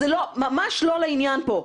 זה ממש לא לעניין פה.